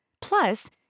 Plus